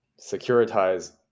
Securitize